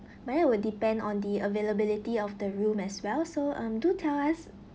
would depend on the availability of the room as well so um do tell us